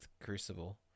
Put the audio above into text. Crucible